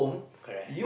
correct